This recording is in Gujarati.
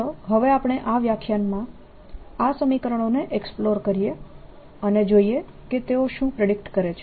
ચાલો હવે આપણે આ વ્યાખ્યાનમાં આ સમીકરણોને એક્સપ્લોર કરીએ અને જોઈએ કે તેઓ શું પ્રેડિકટ કરે છે